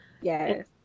Yes